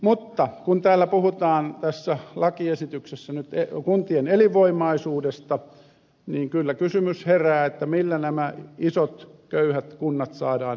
mutta kun täällä nyt puhutaan tässä lakiesityksessä kuntien elinvoimaisuudesta niin kyllä kysymys herää millä nämä isot köyhät kunnat saadaan elinvoimaisiksi